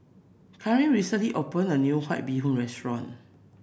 Kareen recently opened a new White Bee Hoon restaurant